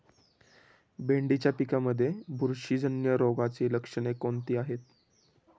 भेंडीच्या पिकांमध्ये बुरशीजन्य रोगाची लक्षणे कोणती आहेत?